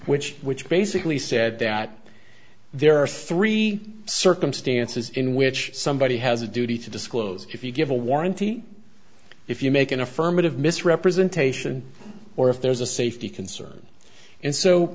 which which basically said that there are three circumstances in which somebody has a duty to disclose if you give a warranty if you make an affirmative misrepresentation or if there's a safety concern and so